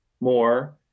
more